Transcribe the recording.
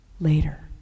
later